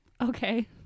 Okay